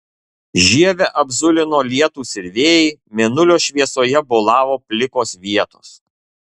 žievę apzulino lietūs ir vėjai mėnulio šviesoje bolavo plikos vietos